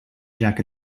jack